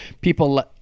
People